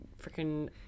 Freaking